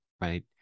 right